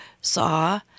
saw